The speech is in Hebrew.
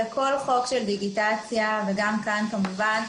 בכל חוק של דיגיטציה וגם כאן כמובן,